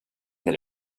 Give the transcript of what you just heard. that